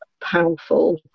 powerful